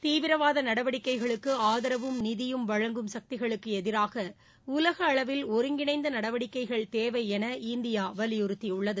தீவிரவாத நடவடிக்கைகளுக்கு ஆதரவும் நிதியும் வழங்கும் கக்திகளுக்கு எதிராக உலகளவில் ஒருங்கிணைந்த நடவடிக்கைகள் தேவை என இந்தியா வலியுறுத்தியுள்ளது